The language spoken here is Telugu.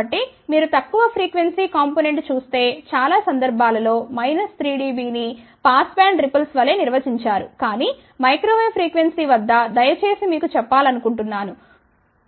కాబట్టి మీరు తక్కువ ఫ్రీక్వెన్సీ కాంపొనెంట్ చూస్తే చాలా సందర్భాలలో మైనస్ 3 డిబి ని పాస్ బ్యాండ్ రిపుల్స్ వలె నిర్వచించారు కాని మైక్రో వేవ్ ఫ్రీక్వెన్సీ వద్ద దయచేసి మీకు చెప్పాలనుకుంటున్నాను